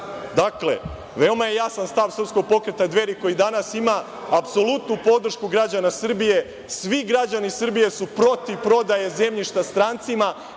veoma je jasan stav Srpskog pokreta Dveri koji danas ima apsolutnu podršku građana Srbije. Svi građani Srbije su protiv prodaje zemljišta strancima,